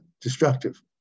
destructive